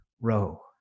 row